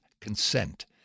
consent